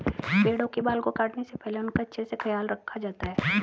भेड़ों के बाल को काटने से पहले उनका अच्छे से ख्याल रखा जाता है